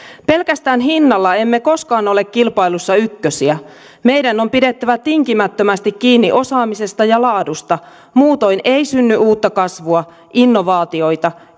pelkästään hinnalla emme koskaan ole kilpailussa ykkösiä meidän on pidettävä tinkimättömästi kiinni osaamisesta ja laadusta muutoin ei synny uutta kasvua innovaatioita